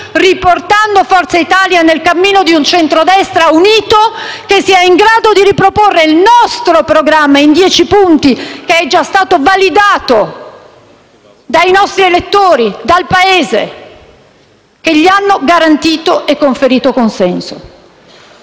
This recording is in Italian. riportando Forza Italia nel cammino di un centrodestra unito che sia in grado di riproporre il nostro programma in dieci punti, che è già stato validato dai nostri elettori, dal Paese, che gli hanno garantito e conferito consenso.